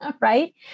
right